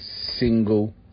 single